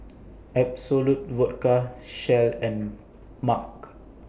Absolut Vodka Shell and MAG